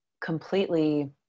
completely